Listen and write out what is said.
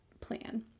plan